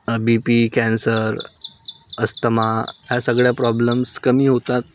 बी P cancer asthma ह्या सगळ्या problems कमी होतात